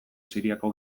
siriako